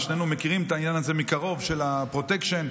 ושנינו מכירים מקרוב את עניין הפרוטקשן.